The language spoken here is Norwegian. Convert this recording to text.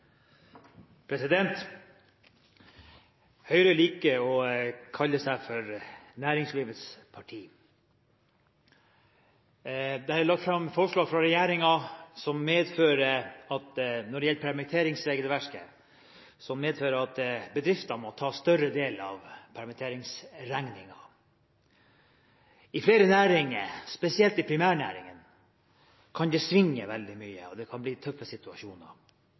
lagt fram forslag fra regjeringen som når det gjelder permitteringsregelverket, medfører at bedriftene må ta større del av permitteringsregningen. I flere næringer – spesielt i primærnæringene – kan det svinge veldig mye, og det kan bli tøffe situasjoner.